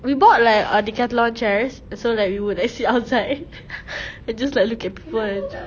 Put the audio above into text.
we bought like err Decathlon chairs so like we would like sit outside and just like look at people